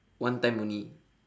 one time only